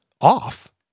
Off